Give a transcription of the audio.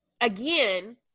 again